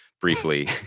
briefly